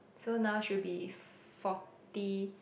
so now should be forty